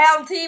LT